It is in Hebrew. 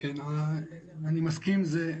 אני מסכים עם זה,